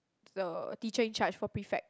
so teacher in charge for prefect